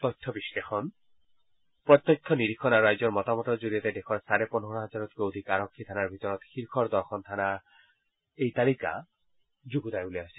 তথ্য বিশ্লেষণ প্ৰত্যক্ষ নিৰীক্ষণ আৰু ৰাইজৰ মতামতৰ জৰিয়তে দেশৰ চাৰে পোন্ধৰ হাজাৰতকৈও অধিক আৰক্ষী থানাৰ ভিতৰত শীৰ্ষৰ দহখন থানাৰ এই তালিকা যুগুতাই উলিওৱা হৈছে